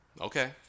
Okay